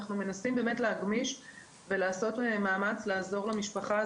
אנחנו מנסים להגמיש ולעשות מאמץ לעזור למשפחה.